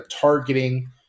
targeting